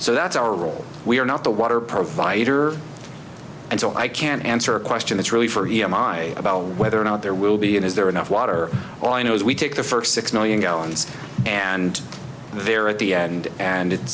so that's our role we are not the water provider and so i can answer a question it's really for e m i about whether or not there will be and is there enough water all i know is we take the first six million gallons and they're at the end and it's